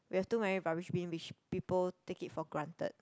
we have too many rubbish bin which people take it for granted